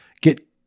get